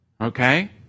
Okay